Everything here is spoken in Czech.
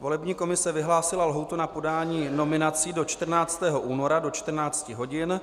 Volební komise vyhlásila lhůtu na podání nominací do 14. února do 14 hodin.